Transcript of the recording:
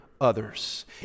others